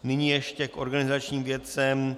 Nyní ještě k organizačním věcem.